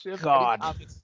God